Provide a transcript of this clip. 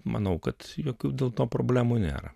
manau kad jokių dėl to problemų nėra